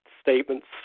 statements